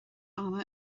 ama